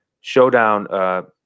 showdown